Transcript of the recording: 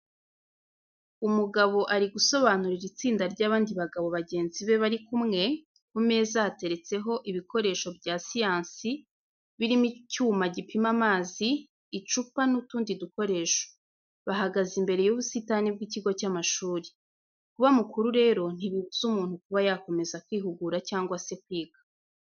Umugabo ari gusobanurira itsinda ry’abandi bagabo bagenzi be bari kumwe, ku meza hateretseho ibikoresho bya siyansi birimo icyuma gipima amazi, icupa n’utundi dukoresho. Bahagaze imbere y’ubusitani bw’ikigo cy’amashuri. Kuba mukuru rero ntibibuza umuntu kuba yakomeza kwihugura cyangwa se kwiga.